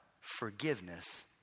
forgiveness